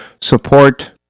support